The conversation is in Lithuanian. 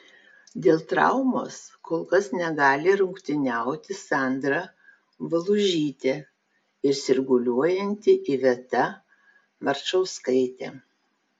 dėl traumos kol kas negali rungtyniauti sandra valužytė ir sirguliuojanti iveta marčauskaitė